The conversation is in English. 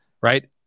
right